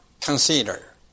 consider